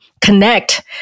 connect